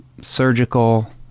surgical